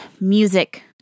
music